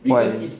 why